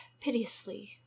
piteously